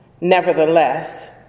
Nevertheless